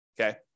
okay